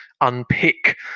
unpick